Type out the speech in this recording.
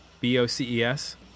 B-O-C-E-S